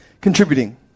Contributing